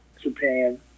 Japan